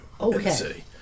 Okay